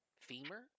femur